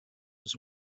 was